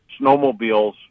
snowmobiles